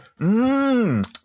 Mmm